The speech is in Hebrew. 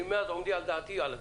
מאז עומדי על דעתי אני על הכביש,